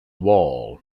wall